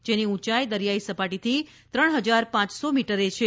જેની ઉંચાઇ દરિયાઇ સપાટીથી ત્રણ હજાર પાંચસો મીટરે છે